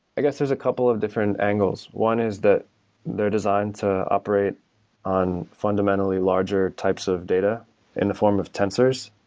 i guess there's a couple of different angles. one is that they're designed to operate on fundamentally larger types of data in the form of tensors,